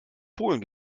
polen